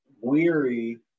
weary